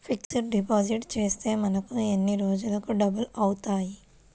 Fixed deposit చేస్తే మనకు ఎన్ని రోజులకు డబల్ అవుతాయి?